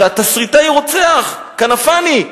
שהתסריטאי הוא רוצח, כנפאני,